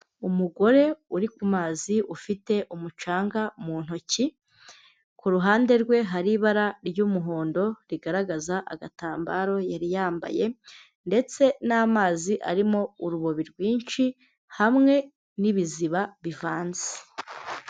Umugore uri ku mazi ufite umucanga mu ntoki, ku ruhande rwe hari ibara ry'umuhondo rigaragaza agatambaro yari yambaye ndetse n'amazi arimo urubobi rwinshi hamwe n'ibiziba bivanze.